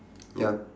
ya